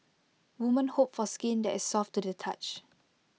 women hope for skin that is soft to the touch